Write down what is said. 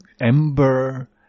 Ember